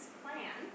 plan